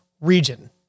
region